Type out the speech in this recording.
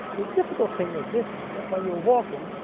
the difficult thing with this is that when you're walking,